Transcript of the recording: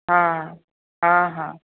हा हा हा